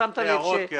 רק הערות, כי